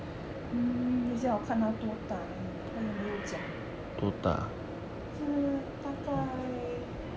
um 等一下我看他多大 ah 它也没有讲是大概